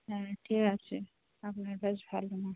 হ্যাঁ ঠিক আছে আপনার বাস ভালো না